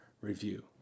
review